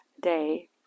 day